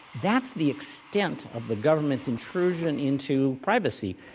that's the extent of the government's intrusion into privacy,